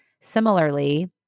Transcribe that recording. Similarly